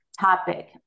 topic